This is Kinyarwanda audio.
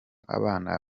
abana